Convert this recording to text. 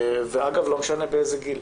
ואגב, לא משנה באיזה גיל.